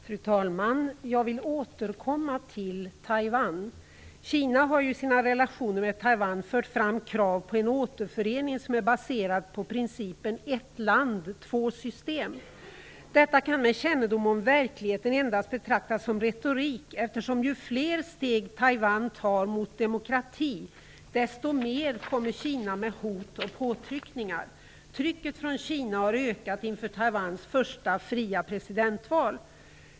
Fru talman! Jag vill återkomma till Taiwan. Kina har ju i sina relationer med Taiwan fört fram krav på en återförening som är baserad på principen "ett land, två system". Detta kan av den som har kännedom om verkligheten endast betraktas som retorik. Ju fler steg Taiwan tar emot demokrati, desto mer kommer Kina med hot och påtryckningar. Trycket från Kina har ökat inför Taiwans första fria presidentval.